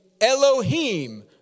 Elohim